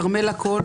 כרמלה קול,